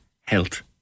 health